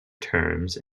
terms